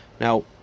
Now